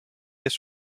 kes